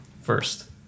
First